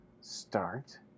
Start